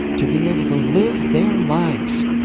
to be able to live their lives,